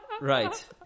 right